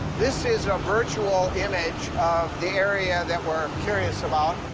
this is a virtual image of the area that we're curious about.